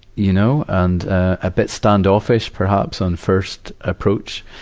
you know, and, ah, a bit standoffish, perhaps, on first approach.